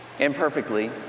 Imperfectly